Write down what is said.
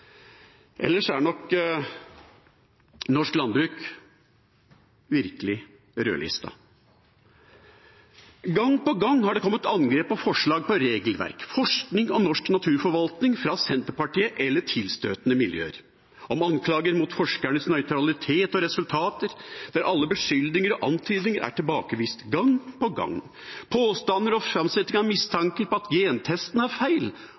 Ellers er nok norsk landbruk virkelig rødlistet. Gang på gang har det kommet angrep på forslag til regelverk, forskning og norsk naturforvaltning fra Senterpartiet eller tilstøtende miljøer, og anklager mot forskernes nøytralitet og resultater, og alle beskyldninger og antydninger er tilbakevist gang på gang. Påstander og framsetting av mistanker om at gentesten er feil,